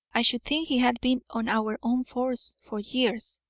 i should think he had been on our own force for years.